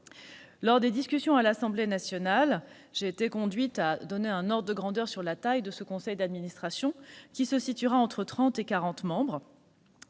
Lors des discussions à l'Assemblée nationale, j'ai été amenée à donner un ordre de grandeur sur la taille de ce conseil, qui comprendra entre 30 et 40 membres.